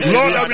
Lord